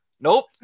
Nope